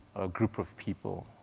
or a group of people.